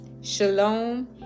shalom